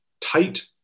tight